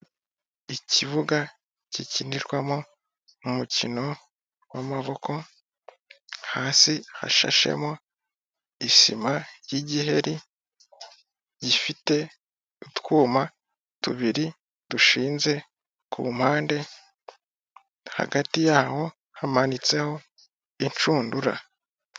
Ikibuga gikinirwamo umukino wamaboko, hasi hashashemo isima y'igiheri, gifite utwuma tubiri dushinze ku mpande, hagati yaho hamanitseho inshundura.